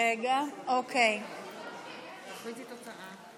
התש"ף 2020, נתקבל.